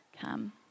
come